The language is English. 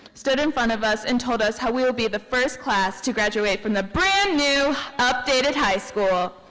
stood in front of us and told us how we will be the first class to graduate from the brand new updated high school